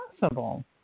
possible